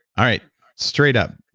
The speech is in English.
all right straight up.